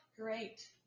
great